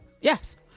Yes